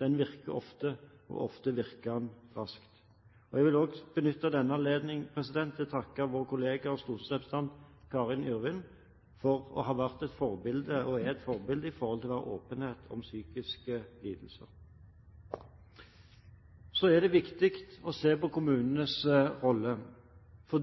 virker ofte, og ofte virker den raskt. Jeg vil også benytte denne anledningen til å takke vår kollega, stortingsrepresentant Karin Yrvin, for å være et forbilde i forhold til å være åpen om psykiske lidelser. Så er det viktig å se på kommunenes rolle, for